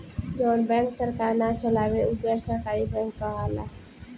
जवन बैंक सरकार ना चलावे उ गैर सरकारी बैंक कहाला